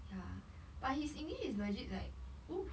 ya but his english is legit~ like oo